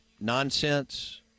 nonsense